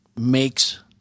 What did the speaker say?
makes